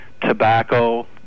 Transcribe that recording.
tobacco